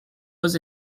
was